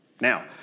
Now